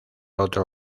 otro